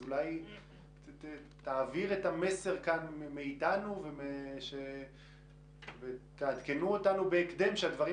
אז אולי תעביר את המסר כאן מאתנו ותעדכנו אותנו בהקדם שהדברים